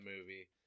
movie